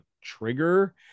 trigger